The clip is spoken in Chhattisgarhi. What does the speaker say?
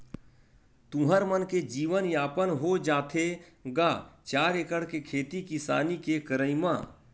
तुँहर मन के जीवन यापन हो जाथे गा चार एकड़ के खेती किसानी के करई म?